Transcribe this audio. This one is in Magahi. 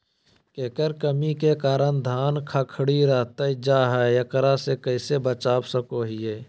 केकर कमी के कारण धान खखड़ी रहतई जा है, एकरा से कैसे बचा सको हियय?